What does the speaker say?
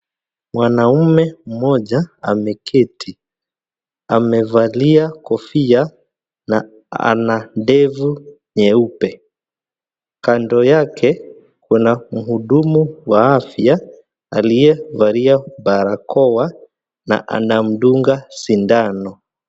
Mwanaume mmoja ameketi. Amevalia kofia na ana ndevu nyeupe. Kando yake kuna mhudumu wa afya aliyevalia barakoa na anamdunga sindano.